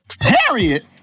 Harriet